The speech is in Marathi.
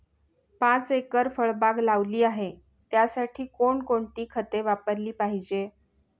पाच एकर फळबाग लावली आहे, त्यासाठी कोणकोणती खते वापरली पाहिजे?